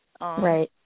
Right